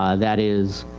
ah that is,